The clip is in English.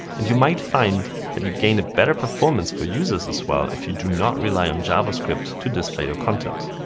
and you might find that you gain a better performance for users as well if you do not rely on javascript to display your content.